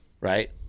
right